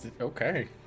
Okay